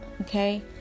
okay